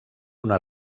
una